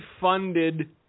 funded